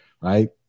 Right